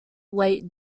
late